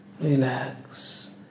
relax